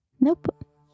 Nope